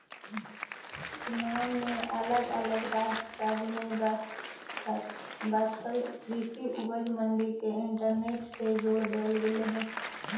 ईनाम में अलग अलग राज्य सब में बसल कृषि उपज मंडी के इंटरनेट से जोड़ देबल गेलई हे